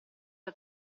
era